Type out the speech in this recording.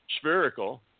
spherical